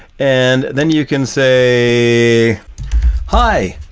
and then you can say hi,